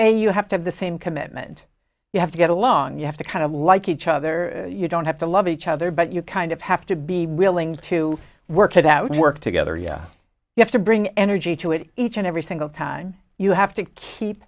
a you have to have the same commitment you have to get along you have to kind of like each other you don't have to love each other but you kind of have to be willing to work it out and work together yeah you have to bring energy to it each and every single time you have to keep